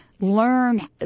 learn